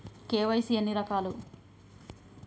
KYC ఎన్ని రకాలు?